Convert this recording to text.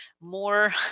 more